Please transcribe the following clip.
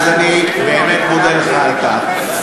אז אני באמת מודה לך על כך.